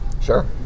Sure